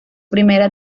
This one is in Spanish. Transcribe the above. primera